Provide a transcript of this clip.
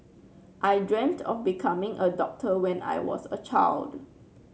I dreamt of becoming a doctor when I was a child